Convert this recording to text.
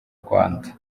rwanda